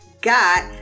got